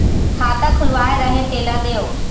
खाता खुलवाय रहे तेला देव?